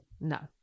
No